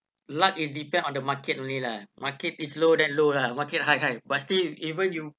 luck is depend on the market only lah market is low then low lah market high high but still even you